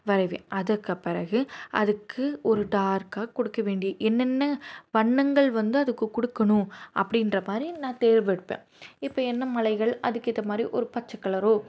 வரையுவேன் அதுக்குப்பிறகு அதுக்கு ஒரு டார்க்காக கொடுக்க வேண்டிய என்னென்ன வண்ணங்கள் வந்து அதுக்கு கொடுக்கணும் அப்படின்ற மாதிரி நான் தேர்வெடுப்பேன் இப்போ என்ன மலைகள் அதுக்கு ஏற்ற மாதிரி ஒரு பச்சை கலரோ